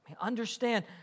Understand